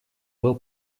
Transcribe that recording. был